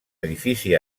edifici